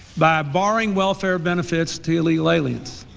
by barring welfare benefits to illegal aliens.